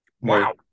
Wow